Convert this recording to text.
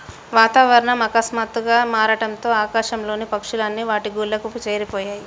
వాతావరణం ఆకస్మాతుగ్గా మారడంతో ఆకాశం లోని పక్షులు అన్ని వాటి గూళ్లకు చేరిపొయ్యాయి